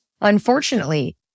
unfortunately